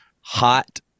Hot